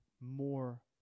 more